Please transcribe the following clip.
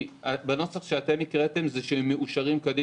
בנוסח שאתם הקראתם זה "מאושרים כדין",